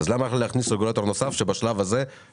מהתפיסה ששמה בצד את עולמות היציבות,